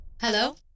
Hello